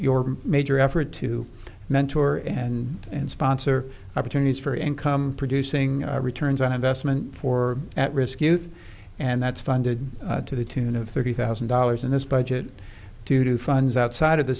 your major effort to mentor and and sponsor opportunities for income producing returns on investment for at risk youth and that's funded to the tune of thirty thousand dollars in this budget to funds outside of the